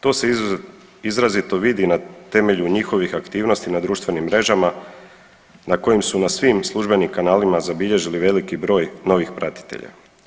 To se izrazito vidi na temelju njihovih aktivnosti na društvenim mrežama na kojim su na svim službenim kanalima zabilježili veliki broj novih pratitelja.